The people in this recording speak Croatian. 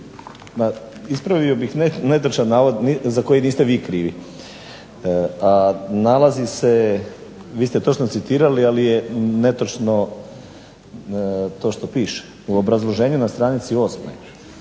ispravio bih netočan navod za koji niste vi krivi, a nalazi se, vi ste točno citirali, ali je netočno to što piše. U obrazloženju na stranici 8.